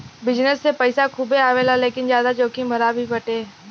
business से पईसा खूबे आवेला लेकिन ज्यादा जोखिम भरा भी बाटे